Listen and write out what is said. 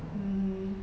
um